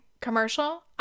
commercial